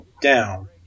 down